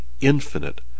infinite